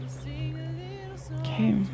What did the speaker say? Okay